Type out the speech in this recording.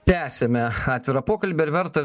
tęsiame atvirą pokalbį ar verta